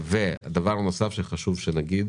ודבר נוסף שחשוב להגיד